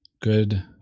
Good